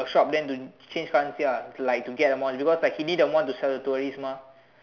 the shop then to change currency lah like to get amount because like he need amount to sell the tourist mah